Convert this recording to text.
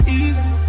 easy